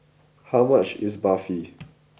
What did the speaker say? how much is Barfi